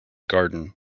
garden